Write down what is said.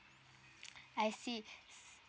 I see